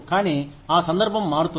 కానీ ఆ సందర్భం మారుతుంది